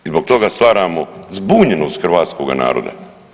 I zbog toga stvaramo zbunjenost hrvatskoga naroda.